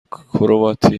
کرواتی